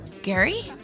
Gary